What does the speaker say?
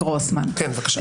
בבקשה.